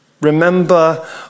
Remember